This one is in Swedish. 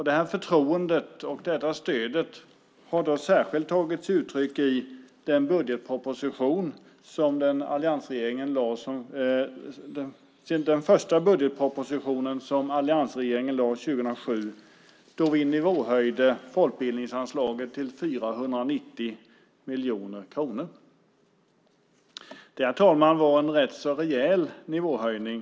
Det förtroendet och detta stöd har särskilt tagit sig uttryck i den första budgetproposition som alliansregeringen lade fram år 2007 då vi nivåhöjde folkbildningsanslaget till 490 miljoner kronor. Det var en rätt så rejäl nivåhöjning.